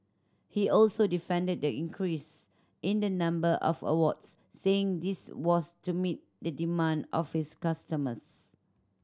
he also defended the increase in the number of awards saying this was to meet the demand of his customers